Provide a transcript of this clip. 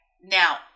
now